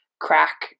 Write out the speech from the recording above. crack